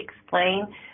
explain